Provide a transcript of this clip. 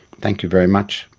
thank you very much,